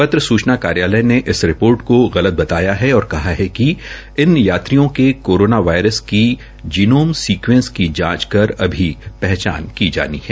पत्र सूचना कार्यालय ने इस रिपोर्ट को गलत बताया कि और कहा है कि इन यात्रियों के कोरोना वायरस की जीनोम सीकवेंस की जांच कर अभी पहचान की जानी है